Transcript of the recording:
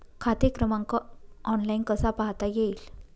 खाते क्रमांक ऑनलाइन कसा पाहता येईल?